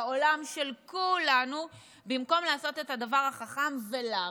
בעולם של כולנו, במקום לעשות את הדבר החכם, ולמה?